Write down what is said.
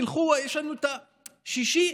תלכו בשישי,